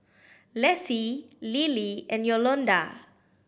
Lessie Lilie and Yolonda